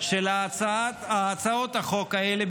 שעל הצעות החוק האלה,